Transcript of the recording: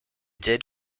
did